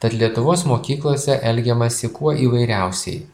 tad lietuvos mokyklose elgiamasi kuo įvairiausiai